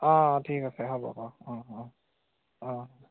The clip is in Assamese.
অঁ ঠিক আছে হ'ব বাৰু অঁ অঁ অঁ